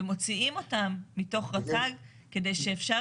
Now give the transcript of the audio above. ומוציאים אותם מתוך רט"ג כדי שאפשר